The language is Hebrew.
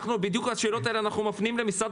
בדיוק את השאלות האלה אנחנו מפנים למשרד